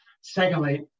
Secondly